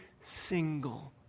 single